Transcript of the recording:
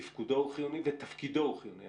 תפקודו הוא חיוני ותפקידו הוא חיוני.